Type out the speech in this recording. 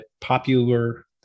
popular